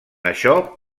això